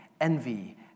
envy